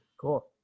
Cool